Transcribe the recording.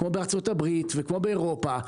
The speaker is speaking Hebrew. כמו בארצות הברית וכמו באירופה,